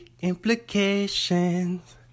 implications